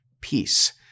peace